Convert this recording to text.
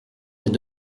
des